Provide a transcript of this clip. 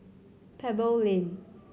Pebble Lane